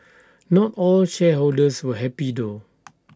not all shareholders were happy though